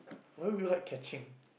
why would you like catching